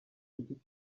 iki